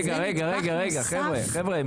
רגע, חבר'ה.